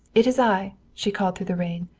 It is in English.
it is i, she called through the rain.